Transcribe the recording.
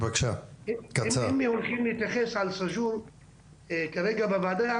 אם הם הולכים להתייחס לסאג'ור כרגע בוועדה,